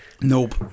Nope